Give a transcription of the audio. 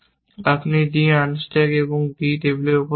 আপনি d unstack এবং টেবিলের উপর রাখা